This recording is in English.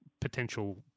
potential